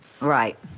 Right